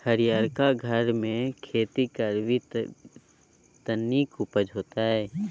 हरियरका घरमे खेती करभी त नीक उपजा हेतौ